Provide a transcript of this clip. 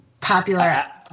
popular